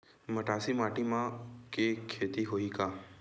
मटासी माटी म के खेती होही का?